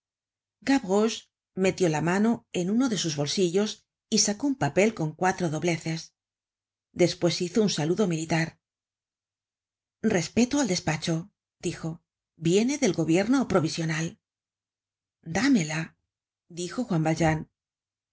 metió la mano en uno de sus bolsillos y sacó un papel con cuatro dobleces después hizo un saludo militar respeto al despacho dijo viene del gobierno provisional dámela dijo juan valjean